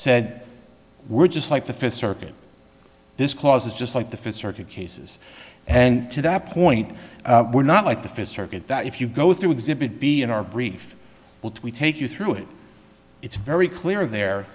said we're just like the fifth circuit this clause is just like the fifth circuit cases and to that point we're not like the fist circuit that if you go through exhibit b in our brief we take you through it it's very clear there